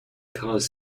cause